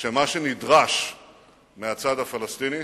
שמה שנדרש מהצד הפלסטיני,